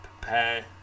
prepare